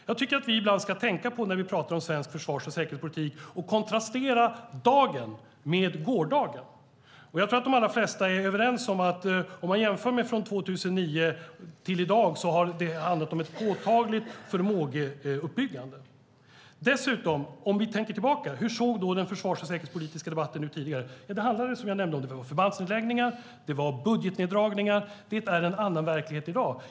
Jag tycker att vi när vi pratar om svensk försvars och säkerhetspolitik ska jämföra dagens förhållanden med gårdagens. Jag tror att de allra flesta är överens om att från 2009 till i dag har det handlat om ett påtagligt förmågeuppbyggande. Hur såg den försvars och säkerhetspolitiska debatten ut tidigare, om vi tänker tillbaka lite? Den handlade, som jag nämnde, om förbandsnedläggningar och budgetneddragningar. Det är en annan verklighet i dag.